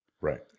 Right